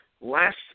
Last